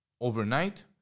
overnight